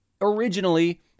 originally